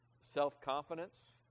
self-confidence